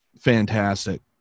fantastic